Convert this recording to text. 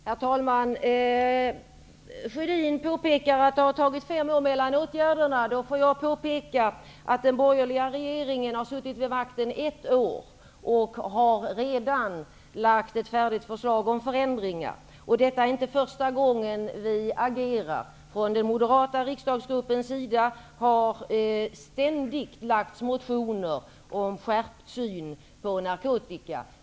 Herr talman! Karl Gustaf Sjödin påpekar att det har tagit fem år mellan att åtgärder har vidtagits. Jag får påpeka att den borgerliga regeringen har suttit vid makten ett år och har redan lagt fram ett färdigt förslag om förändringar. Det är inte första gången vi agerar. Från den moderata riksdagsgruppens sida har det ständigt väckts motioner om skärpt syn på narkotika.